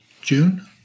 June